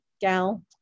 gal